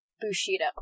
Bushido